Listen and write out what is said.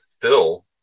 fill